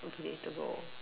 relatable